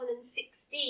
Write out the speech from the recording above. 2016